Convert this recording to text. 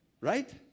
Right